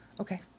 Okay